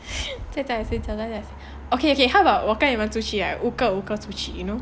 在家里睡觉在家里睡 okay okay how about 我跟你们出去 right 五个五个出去 you know